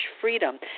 freedom